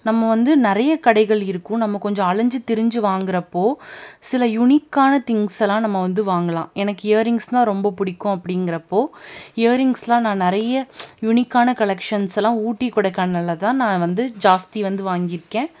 நம்ம வந்து நிறைய கடைகள் இருக்கும் நம்ம கொஞ்சம் அலைஞ்சி திரிஞ்சு வாங்குறப்போது சில யுனிக்கான திங்ஸ்லாம் வந்து நம்ம வாங்கலாம் எனக்கு இயரிங்ஸ்னால் ரொம்ப பிடிக்கும் அப்படிங்கிறப்போ இயரிங்ஸ்லாம் நான் நிறைய யுனிக்கான கலெக்ஷன்ஸ்லாம் ஊட்டி கொடைக்கானலில்தான் நான் வந்து ஜாஸ்தி வந்து வாங்கியிருக்கேன்